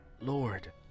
Lord